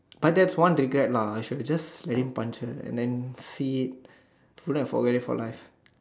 but that's one regret lah I should have just let him punch her and then see it put her away for life